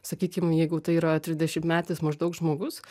sakykim jeigu tai yra trisdešimtmetis maždaug žmogus